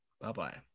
Bye-bye